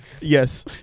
Yes